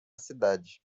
cidade